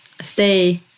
stay